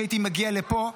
עד שהייתי מגיע לפה.